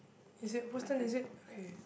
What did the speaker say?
is it whose turn is it okay